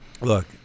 look